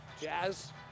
Jazz